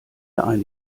eine